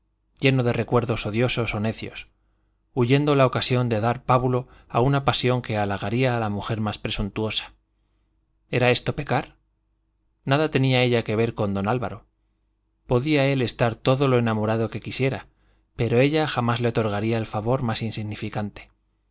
lleno de recuerdos odiosos o necios huyendo la ocasión de dar pábulo a una pasión que halagaría a la mujer más presuntuosa era esto pecar nada tenía ella que ver con don álvaro podía él estar todo lo enamorado que quisiera pero ella jamás le otorgaría el favor más insignificante